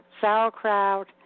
sauerkraut